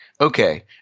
okay